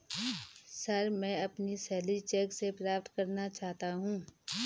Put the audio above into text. sir, मैं अपनी salary cheque से प्राप्त करना चाहता हूं